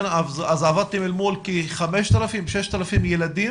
עבדתם מול 5,000, 6,000 ילדים?